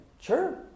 Sure